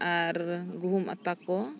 ᱟᱨ ᱜᱩᱦᱩᱢ ᱟᱛᱟ ᱠᱚ